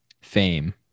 fame